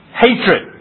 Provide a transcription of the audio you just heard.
hatred